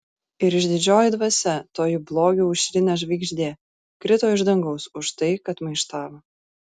ir išdidžioji dvasia toji blogio aušrinė žvaigždė krito iš dangaus už tai kad maištavo